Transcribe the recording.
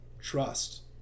trust